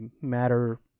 matter